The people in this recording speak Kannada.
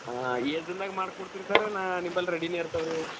ಹಾಂ ಏಸು ದಿನ್ದಾಗ ಮಾಡ್ಕೊಡ್ತಿರಿ ಸರ್ ನಾ ನಿಂಬಲ್ಲಿ ರೆಡಿಯೇ ಇರ್ತವೆ ರೀ ಅವು